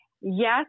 Yes